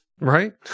Right